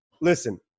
listen